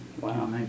Wow